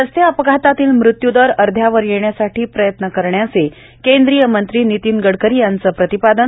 रस्ते अपघातातील मृत्यूदर अध्यावर येण्यासाठी प्रयत्न करण्याचे केंद्रीय मंत्री नितीन गडकरी यांचं प्रतिपादन